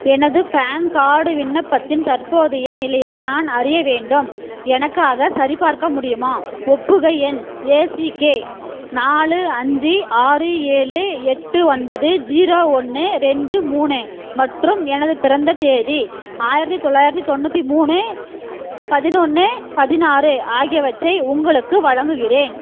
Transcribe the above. எனது PAN card விண்ணப்பத்தின் தற்போதைய நிலையை நான் அறிய வேண்டும் எனக்காகச் சரிபார்க்க முடியுமா ஒப்புகை எண் ஏசிகே நாலு அஞ்சு ஆறு ஏழு எட்டு ஒன்பது ஜீரோ ஒன்று ரெண்டு மூணு மற்றும் எனது பிறந்த தேதி ஆயிரத்தி தொள்ளாயிரத்தி தொண்ணூற்றி மூணு பதினொன்னு பதினாறு ஆகியவற்றை உங்களுக்கு வழங்குகிறேன்